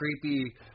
creepy